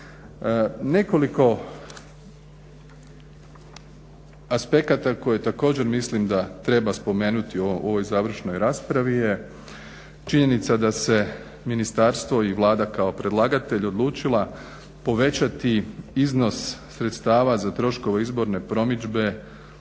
Nekoliko aspekata koje također mislim da treba spomenuti u ovoj završnoj raspravi je činjenica da se ministarstvo i Vlada kao predlagatelj odlučila povećati iznos sredstava za troškove izborne promidžbe